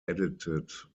edited